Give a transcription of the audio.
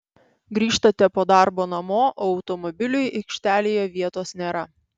grįžtate po darbo namo o automobiliui aikštelėje vietos nėra